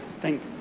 Thank